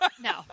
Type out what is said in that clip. No